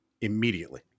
immediately